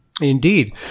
Indeed